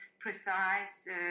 precise